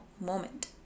moment